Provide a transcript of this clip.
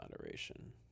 moderation